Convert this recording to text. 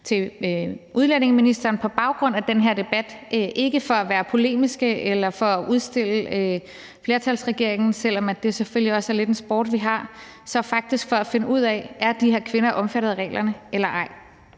til udlændingeministeren på baggrund af den her debat, ikke for at være polemiske eller for at udstille flertalsregeringen – selv om det selvfølgelig også lidt er en sport, vi har herinde – men for faktisk at finde ud af, om de her kvinder er omfattet af reglerne eller ej.